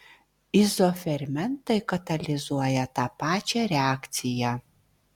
izofermentai katalizuoja tą pačią reakciją